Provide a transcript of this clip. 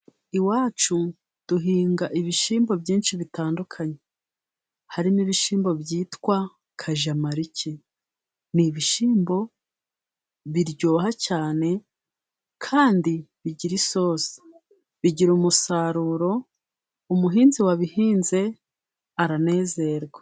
Iwacu duhinga ibishyimbo byinshi bitandukanye harimo ibishyimbo byitwa kajamaliki. Ni ibishyimbo biryoha cyane, kandi bigira isosi. Bigira umusaruro, umuhinzi wabihinze aranezerwa.